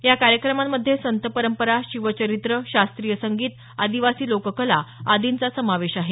या कार्यक्रमांमध्ये संत परंपरा शिवचरित्र शास्त्रीय संगीत आदिवासी लोककला आदींचा समावेश आहे